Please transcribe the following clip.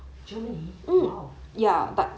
germany !wow!